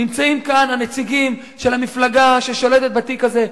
נמצאים כאן הנציגים של המפלגה ששולטת בתיק הזה.